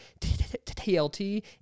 TLT